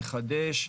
לחדש.